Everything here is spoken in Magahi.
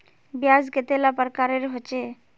ब्याज कतेला प्रकारेर होचे?